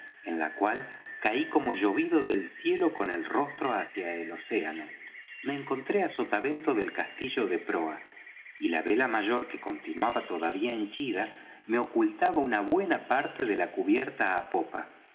en la cual caí como llovido del cielo con el rostro hacia el océano me encontré á sotavento del castillo de proa y la vela mayor que continuaba todavía henchida me ocultaba una buena parte de la cubierta á popa